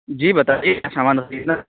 جی بتائیے کیا سامان خریدنا